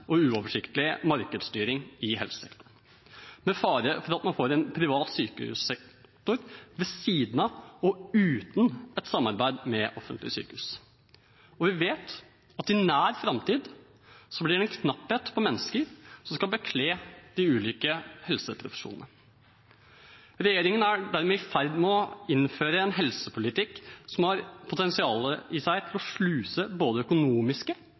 og uoversiktlig markedsstyring i helsesektoren, med fare for at man får en privat sykehussektor ved siden av, og uten et samarbeid med offentlige sykehus. Vi vet at i nær framtid blir det en knapphet på mennesker som skal bekle de ulike helseprofesjonene. Regjeringen er dermed i ferd med å innføre en helsepolitikk som har potensial i seg til å sluse både økonomiske